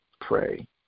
pray